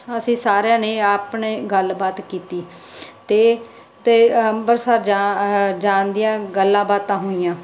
ਅਸੀਂ ਸਾਰਿਆਂ ਨੇ ਆਪਣੇ ਗੱਲਬਾਤ ਕੀਤੀ ਤੇ ਤੇ ਅੰਬਰਸਰ ਜਾ ਆਹਾ ਜਾਨ ਦੀਆਂ ਗੱਲਾਂ ਬਾਤਾਂ ਹੋਈਆਂ